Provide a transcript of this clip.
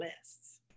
lists